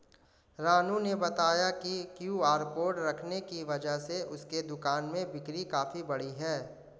रानू ने बताया कि क्यू.आर कोड रखने की वजह से उसके दुकान में बिक्री काफ़ी बढ़ी है